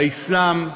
לאסלאם,